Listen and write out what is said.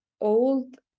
old